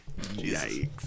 Yikes